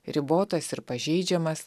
ribotas ir pažeidžiamas